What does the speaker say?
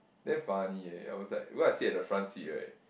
damn funny eh I was like because I sit at the front seat right